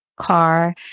car